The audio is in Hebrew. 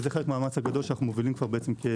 וזה חלק מהמאמץ הגדול שאנחנו מובילים כעשור.